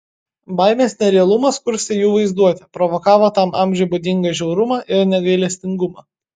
baimės nerealumas kurstė jų vaizduotę provokavo tam amžiui būdingą žiaurumą ir negailestingumą